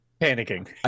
Panicking